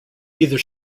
either